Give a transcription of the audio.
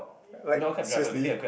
like seriously